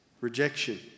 rejection